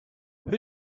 who